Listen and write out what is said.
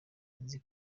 nzi